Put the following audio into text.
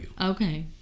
okay